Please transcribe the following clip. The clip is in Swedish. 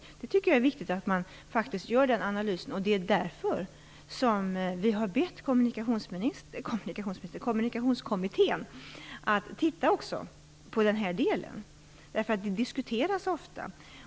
Jag tycker att det är viktigt att man faktiskt gör den analysen, och det är därför vi har bett Kommunikationskommittén att titta också på den frågan. Den diskuteras ju ofta.